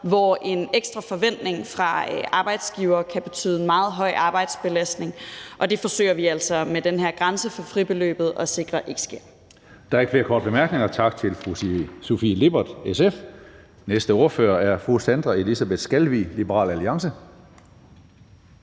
hvor en ekstra forventning fra arbejdsgivere kan betyde en meget høj arbejdsbelastning, og det forsøger vi altså med den her grænse for fribeløbet at sikre ikke sker. Kl. 10:39 Tredje næstformand (Karsten Hønge): Der er ikke flere korte bemærkninger. Tak til fru Sofie Lippert, SF. Den næste ordfører er fru Sandra Elisabeth Skalvig, Liberal Alliance.